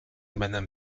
madame